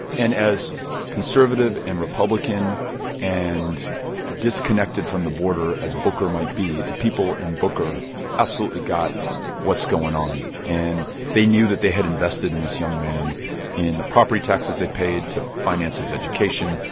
and as conservative and republican and disconnected from the border as booker might be, the people in booker absolutely got what's going on. and they knew that they had invested in this young man in the property taxes they paid to finance his education,